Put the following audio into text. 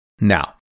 Now